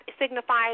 signifies